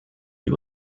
you